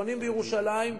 בונים בירושלים,